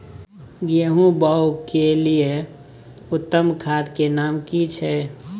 गेहूं बोअ के लिये उत्तम खाद के नाम की छै?